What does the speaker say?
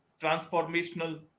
transformational